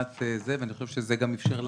ואני חושב שזה גם אפשר לנו,